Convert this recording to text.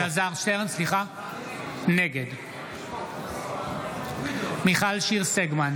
נגד מיכל שיר סגמן,